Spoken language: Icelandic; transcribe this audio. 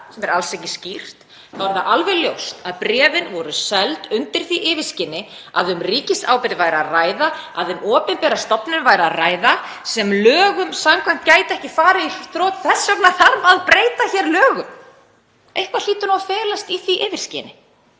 sem er alls ekki skýrt, þá er það alveg ljóst að bréfin voru seld undir því yfirskini að um ríkisábyrgð væri að ræða, að um opinbera stofnun væri að ræða sem lögum samkvæmt gæti ekki farið í þrot. Þess vegna þarf að breyta hér lögum. Eitthvað hlýtur að felast í því yfirskini,